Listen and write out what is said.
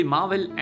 Marvel